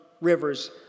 rivers